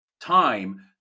time